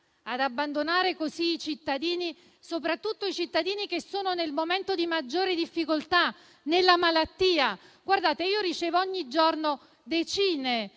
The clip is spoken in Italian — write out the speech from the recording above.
ad abbandonare così i cittadini, soprattutto quelli che sono nel momento di maggiore difficoltà, nella malattia. Io ricevo ogni giorno decine